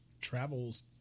travels